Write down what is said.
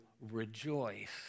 rejoice